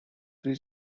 three